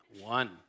One